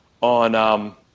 on